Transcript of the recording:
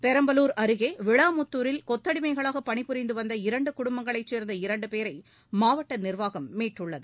பெரம்பலூர் அருகே விளாமுத்தூரில் கொத்தடிமைகளாக பணிபுரிந்து வந்த இரண்டு குடும்பங்களைச் சேர்ந்த இரண்டு பேரை மாவட்ட நிர்வாகம் மீட்டுள்ளது